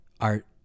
art